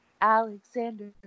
Alexander